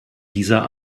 dieser